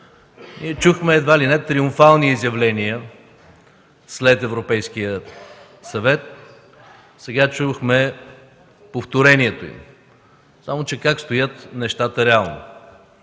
г. Чухме едва ли не триумфални изявления след Европейския съвет, сега чухме повторението им. Само че как стоят нещата реално?